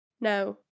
No